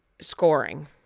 scoring